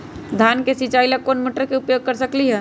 धान के सिचाई ला कोंन मोटर के उपयोग कर सकली ह?